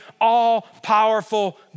all-powerful